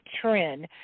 trend